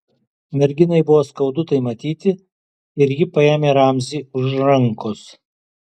merginai buvo skaudu tai matyti ir ji paėmė ramzį už rankos